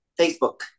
Facebook